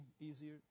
easier